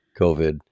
covid